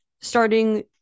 starting